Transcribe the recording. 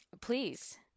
Please